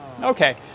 Okay